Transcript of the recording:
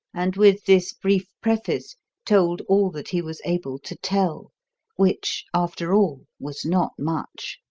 and with this brief preface told all that he was able to tell which, after all, was not much.